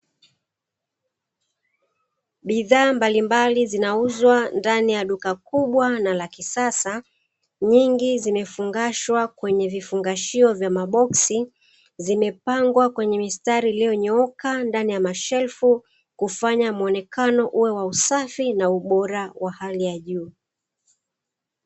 Bidhaa mbalimbali zinauzwa ndani ya duka kubwa na la kisasa, Nyingi zimefungashwa kwenye vifungashio vya maboksi, zimepangwa kwenye mistari iliyo nyooka ndani ya mashelfu kufanya muonekano uwe wa usafi na ubora wa hali ya juu.